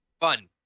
Fun